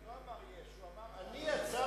הוא לא אמר יש, הוא אמר: אני יצרתי